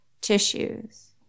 tissues